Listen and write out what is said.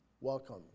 welcome